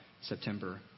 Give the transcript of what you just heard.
September